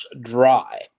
Dry